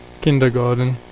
kindergarten